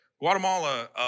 Guatemala